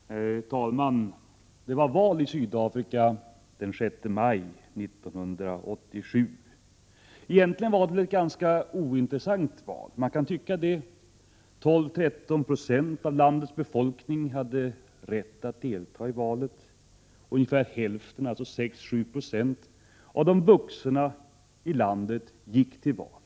Herr talman! Det var val i Sydafrika den 6 maj 1987. Egentligen borde det ha varit ett ganska ointressant val. 12—13 96 av landets befolkning hade rätt att delta, och ungefär hälften, 6—7 20, av de vuxna i landet gick till val.